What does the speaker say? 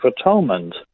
Atonement